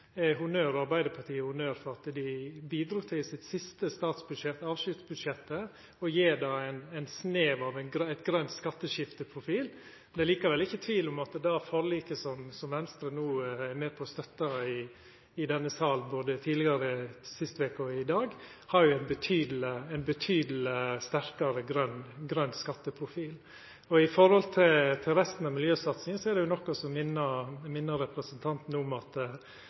honnør for at dei bidrog i avskjedsbudsjettet sitt til å gje det ein snev av ein grøn skatteskifteprofil. Det er likevel ikkje tvil om at det forliket som Venstre no er med på å støtta i denne salen – både sist veke og i dag – har ein betydelig sterkare grøn skatteprofil. I forhold til resten av miljøsatsinga er det nok å minna representanten om at